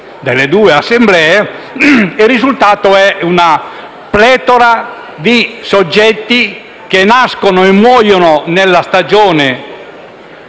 delle due Assemblee: il risultato è una pletora di soggetti che nascono e muoiono nel periodo